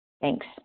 Thanks